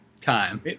time